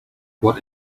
what